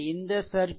இந்த சர்க்யூட் 4